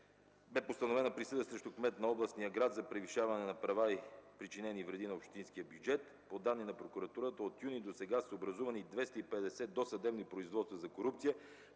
бе поставена присъда срещу кмет на областен град за превишаване на права и причинени вреди на общинския бюджет. По данни на прокуратурата от месец юни досега са образувани 250 досъдебни производства за корупция